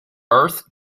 earth